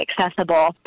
accessible